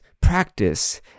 practice